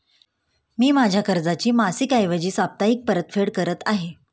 मी माझ्या कर्जाची मासिक ऐवजी साप्ताहिक परतफेड करत आहे